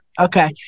okay